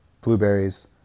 blueberries